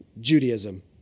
Judaism